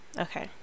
okay